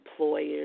employers